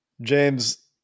James